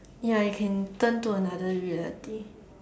ya you can turn into another reality